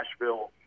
Nashville